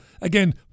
again